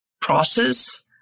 process